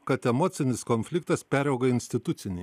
kad emocinis konfliktas perauga į institucinį